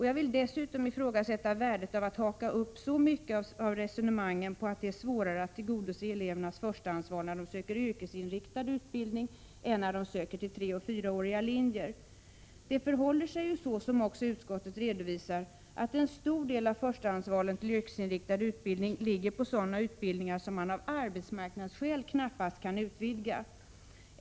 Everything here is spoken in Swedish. Jag vill dessutom ifrågasätta värdet av att haka upp så mycket av resonemangen på att det är svårare att tillgodose elevernas förstahandsval när de söker yrkesinriktad utbildning än när de söker till treeller fyraåriga linjer. Det förhåller sig ju så — vilket också utskottet redovisar — att en stor del av förstahandsvalet till yrkesinriktad utbildning ligger på sådana utbildningar som man av arbetsmarknadsskäl knappast kan utvidga.